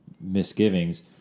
misgivings